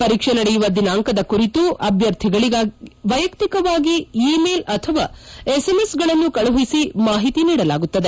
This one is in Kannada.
ಪರೀಕ್ಷೆ ನಡೆಯುವ ದಿನಾಂಕದ ಕುರಿತು ಅಭ್ವರ್ಥಿಗಳಿಗೆ ವೈಯಕ್ತಿಕವಾಗಿ ಇ ಮೇಲ್ ಅಥವಾ ಎಸ್ ಎಂಎಸ್ ಗಳನ್ನು ಕಳುಹಿಸಿ ಮಾಹಿತಿ ನೀಡಲಾಗುತ್ತದೆ